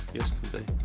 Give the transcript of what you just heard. yesterday